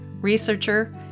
researcher